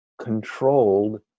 controlled